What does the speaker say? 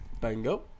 Bingo